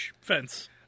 fence